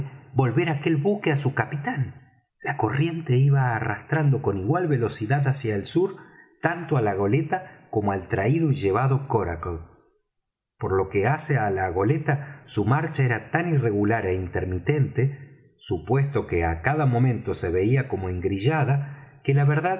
volver aquel buque á su capitán la corriente iba arrastrando con igual velocidad hacia el sur tanto á la goleta como al traído y llevado coracle por lo que hace á la goleta su marcha era tan irregular é intermitente supuesto que á cada momento se veía como engrillada que la verdad